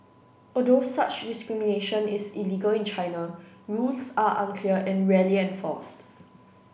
although such discrimination is illegal in China rules are unclear and rarely enforced